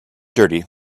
dirty